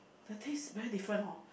the taste very different hor